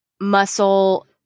muscle